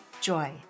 joy